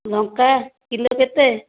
ଲଙ୍କା kilo କେତେ